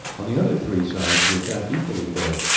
on the other three sides the attack equally failed.